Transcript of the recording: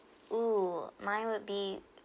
oo mine would be